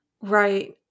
Right